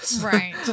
Right